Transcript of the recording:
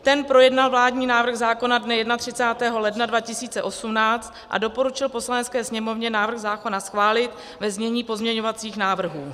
Ten projednal vládní návrh zákona dne 31. ledna 2018 a doporučil Poslanecké sněmovně návrh zákona schválit ve znění pozměňovacích návrhů.